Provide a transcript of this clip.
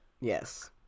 Yes